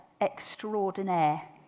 extraordinaire